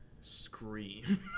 scream